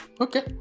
Okay